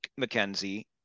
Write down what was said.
McKenzie